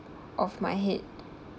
of my head